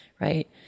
right